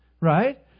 right